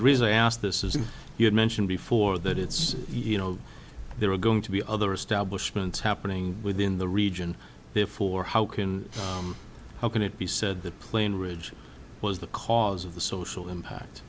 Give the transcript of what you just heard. the reason i asked this is and you had mentioned before that it's you know there are going to be other establishments happening within the region therefore how can how can it be said that plain ridge was the cause of the social impact